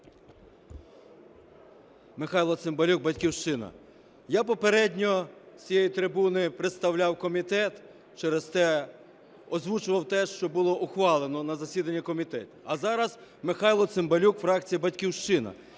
Михайло Цимбалюк "Батьківщина". Я попередньо з цієї трибуни представляв комітет, через те озвучував те, що було ухвалено на засіданні комітету. А зараз, Михайло Цимбалюк, фракція "Батьківщина",